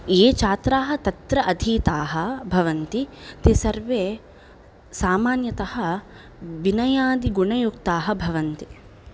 ये छात्राः तत्र अधीताः भवन्ति ते सर्वे सामान्यतः विनयादिगुणयुक्ताः भवन्ति